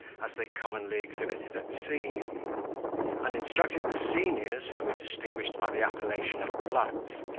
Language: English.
as they commonly exhibited at sea and instructed the seniors, who were distinguished by the appellation of bloods,